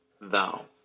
thou